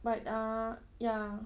but uh ya